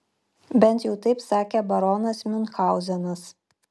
bent jau taip sakė baronas miunchauzenas